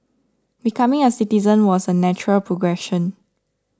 becoming a citizen was a natural progression